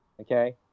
Okay